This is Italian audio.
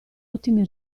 ottimi